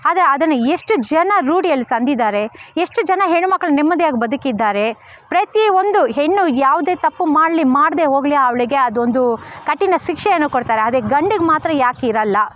ಆದರೆ ಅದನ್ನು ಎಷ್ಟು ಜನ ರೂಢಿಯಲ್ಲಿ ತಂದಿದ್ದಾರೆ ಎಷ್ಟು ಜನ ಹೆಣ್ಣು ಮಕ್ಕಳು ನೆಮ್ಮದಿಯಾಗಿ ಬದುಕಿದ್ದಾರೆ ಪ್ರತಿ ಒಂದು ಹೆಣ್ಣು ಯಾವುದೇ ತಪ್ಪು ಮಾಡಲಿ ಮಾಡದೇ ಹೋಗಲಿ ಅವಳಿಗೆ ಅದೊಂದು ಕಠಿಣ ಶಿಕ್ಷೆಯನ್ನು ಕೊಡ್ತಾರೆ ಆದರೆ ಗಂಡಿಗೆ ಮಾತ್ರ ಯಾಕಿರೋಲ್ಲ